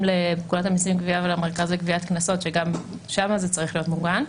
לפקודת המיסים ולגבייה במרכז לגביית קנסות שגם שם זה צריך להיות מוגן,